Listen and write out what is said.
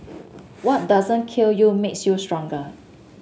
what doesn't kill you makes you stronger